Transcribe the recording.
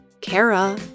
Kara